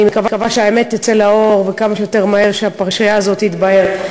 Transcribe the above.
אני מקווה שהאמת תצא לאור ושהפרשייה הזאת תתבהר כמה שיותר מהר.